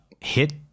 hit